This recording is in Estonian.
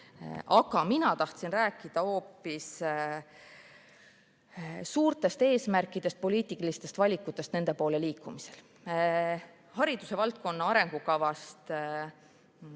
mina tahtsin rääkida hoopis suurtest eesmärkidest ja poliitilistest valikutest nende poole liikumisel. Hariduse valdkonna arengukavast